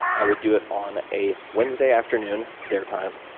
i would do it on a wednesday afternoon their time,